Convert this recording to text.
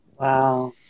Wow